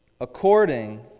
According